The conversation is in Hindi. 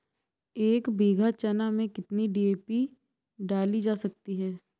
एक बीघा चना में कितनी डी.ए.पी डाली जा सकती है?